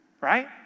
right